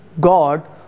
God